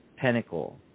pinnacle